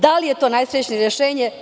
Da li je to najsrećnije rešenje?